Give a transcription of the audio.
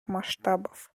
масштабов